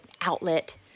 outlet